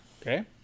Okay